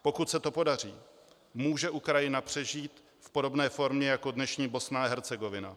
Pokud se to podaří, může Ukrajina přežít v podobné formě jako dnešní Bosna a Hercegovina.